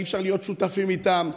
אי-אפשר להיות שותפים שלהם.